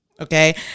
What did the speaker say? okay